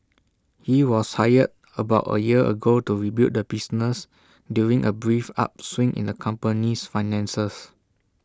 he was hired about A year ago to rebuild the business during A brief upswing in the company's finances